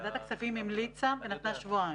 ועדת הכספים המליצה ונתנה שבועיים.